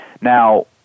Now